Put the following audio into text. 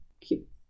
keep